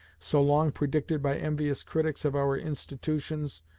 so long predicted by envious critics of our institutions,